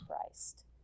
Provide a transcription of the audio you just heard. christ